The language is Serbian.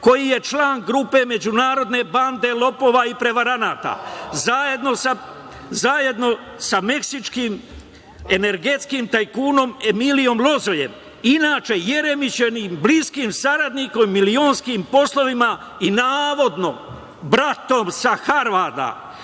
koji je član grupe međunarodne bande lopova i prevaranata, zajedno sa meksičkim energetskim tajkunom Elilijom, inače Jeremićevim bliskim saradnikom, milionskim poslovima i navodno bratom sa Harvarda,